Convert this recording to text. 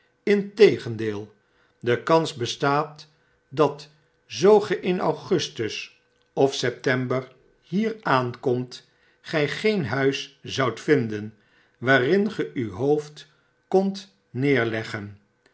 integendeel de kans bestaat dat zoo ge in augustus of september hier aankomt p geen nuis zoudt vinden waarin ge u hoofd kondt neerleggen